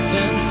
Ten